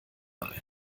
ein